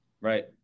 Right